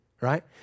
right